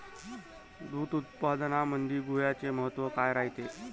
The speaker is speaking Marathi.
दूध उत्पादनामंदी गुळाचे महत्व काय रायते?